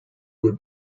would